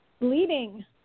bleeding